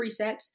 presets